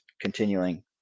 continuing